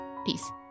Peace